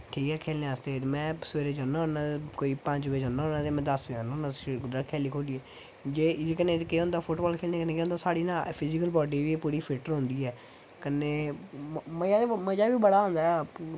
ठीक ऐ खेलने आस्तै ते में सवेरे जन्ना होन्ना कोई पंज बज़े जन्ना होन्ना ते में दस बज़े आन्ना होन्ना स्टेडियम दा उद्धरा खेली खुलियै जे एह्दे कन्नै केह् होंदा फुट बाल खेलने कन्नै केह् होंदा साढ़ी न फिजीकल बाडी बी पूरी फिट्ट रौंह्दी ऐ कन्नै मज़ा ते मजा बी बड़ा औंदा ऐ